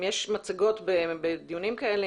אם יש מצגות בדיונים האלה,